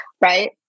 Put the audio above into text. right